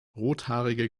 rothaarige